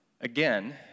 Again